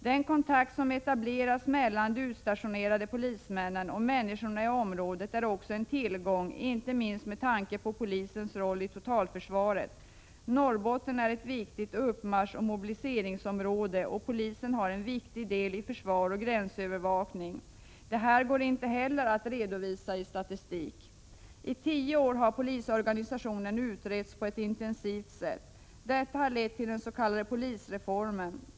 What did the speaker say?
Den kontakt som etableras mellan de utstationerade polismännen och människorna i området är också en tillgång, inte minst med tanke på polisens roll i totalförsvaret. Norrbotten är ett viktigt uppmarschoch mobiliseringsområde, och polisen har en viktig del i försvar och gränsövervakning. Detta går inte heller att redovisa i statistik. I tio år har polisorganisationen utretts på ett intensivt sätt. Detta har lett till den s.k. polisreformen.